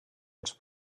els